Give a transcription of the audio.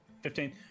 Fifteen